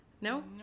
No